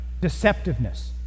deceptiveness